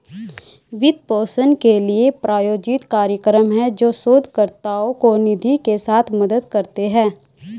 वित्त पोषण के लिए, प्रायोजित कार्यक्रम हैं, जो शोधकर्ताओं को निधि के साथ मदद करते हैं